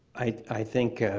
i think,